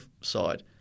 side